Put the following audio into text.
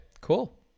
cool